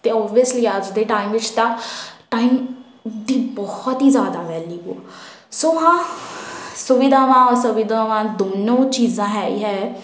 ਅਤੇ ਓਵੀਅਸਲੀ ਅੱਜ ਦੇ ਟਾਈਮ ਵਿੱਚ ਤਾਂ ਟਾਈਮ ਦੀ ਬਹੁਤ ਹੀ ਜ਼ਿਆਦਾ ਵੈਲਿਊ ਆ ਸੋ ਹਾਂ ਸੁਵਿਧਾਵਾਂ ਅਸੁਵਿਧਾਵਾਂ ਦੋਨੋਂ ਚੀਜ਼ਾਂ ਹੈ ਹੀ ਹੈ